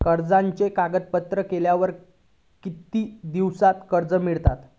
कर्जाचे कागदपत्र केल्यावर किती दिवसात कर्ज मिळता?